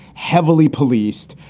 heavily policed.